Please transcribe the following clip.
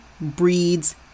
breeds